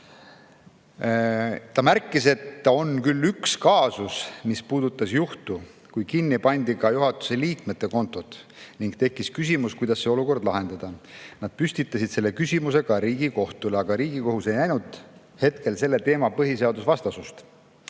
Ta märkis, et on küll olnud üks kaasus, mis puudutas juhtu, kui kinni pandi ka juhatuse liikmete kontod, ning tekkis küsimus, kuidas see olukord lahendada. Nad [esitasid] selle küsimuse ka Riigikohtule, aga Riigikohus ei näinud hetkel selle teema põhiseadusvastasust.